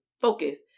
focus